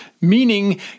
meaning